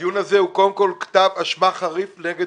הדיון הזה הוא קודם כל כתב אישום חריף נגד